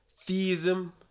theism